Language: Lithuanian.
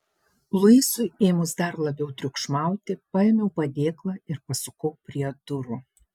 luisui ėmus dar labiau triukšmauti paėmiau padėklą ir pasukau prie durų